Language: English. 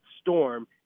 storm